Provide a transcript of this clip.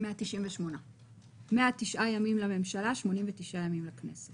198. 109 ימים לממשלה, 89 ימים לכנסת.